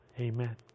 amen